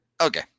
Okay